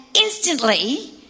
instantly